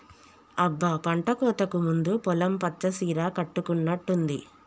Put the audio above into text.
అబ్బ పంటకోతకు ముందు పొలం పచ్చ సీర కట్టుకున్నట్టుంది